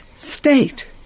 State